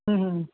ਹਮ ਹਮ